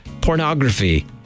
Pornography